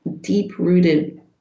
deep-rooted